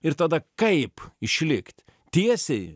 ir tada kaip išlikt tiesiai